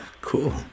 Cool